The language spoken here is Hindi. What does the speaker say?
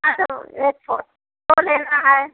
हॅलो एक फोटो लेना है